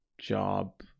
job